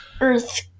Earth